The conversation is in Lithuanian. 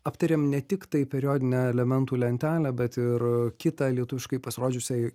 aptarėm ne tiktai periodinę elementų lentelę bet ir kitą lietuviškai pasirodžiusią